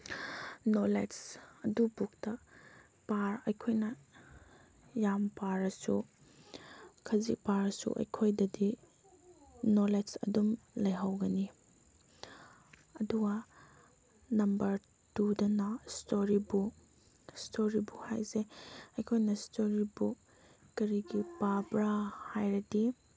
knowledge ꯑꯗꯨ ꯕꯨꯛꯇ ꯑꯩꯈꯣꯏꯅ ꯌꯥꯝ ꯄꯥꯔꯁꯨ ꯈꯖꯤꯛ ꯄꯥꯔꯁꯨ ꯑꯩꯈꯣꯏꯗꯗꯤ ꯅꯣꯂꯦꯖ ꯑꯗꯨꯝ ꯂꯩꯍꯧꯒꯅꯤ ꯑꯗꯨꯒ ꯅꯝꯕꯔ ꯇꯨꯗꯅ ꯏꯁꯇꯣꯔꯤ ꯕꯨꯛ ꯏꯁꯇꯣꯔꯤ ꯕꯨꯛ ꯍꯥꯏꯁꯦ ꯑꯩꯈꯣꯏꯅ ꯏꯁꯇꯣꯔꯤ ꯕꯨꯛ ꯀꯔꯤꯒꯤ ꯄꯥꯕ꯭ꯔꯥ ꯍꯥꯏꯔꯗꯤ